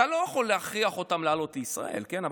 אתה לא יכול להכריח אותם לעלות לישראל, כן?